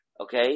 Okay